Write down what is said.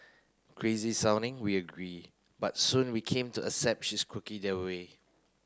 crazy sounding we agree but soon we came to accept she is quirky that way